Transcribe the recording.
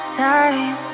time